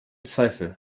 zweifel